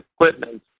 equipment